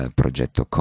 progetto